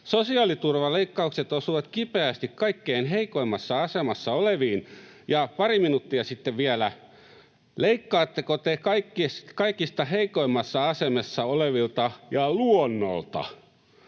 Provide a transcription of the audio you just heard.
”Sosiaaliturvaleikkaukset osuvat kipeästi kaikkein heikoimmassa asemassa oleviin”, ja pari minuuttia sitten vielä: ”Leikkaatteko te kaikista heikoimmassa asemassa olevilta ja luonnolta?”